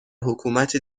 حکومت